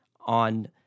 on